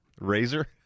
Razor